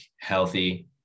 healthy